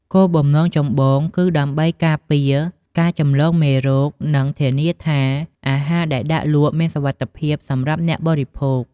គោលបំណងគឺដើម្បីការពារការចម្លងរោគ និងធានាថាអាហារដែលដាក់លក់មានសុវត្ថិភាពសម្រាប់អ្នកបរិភោគ។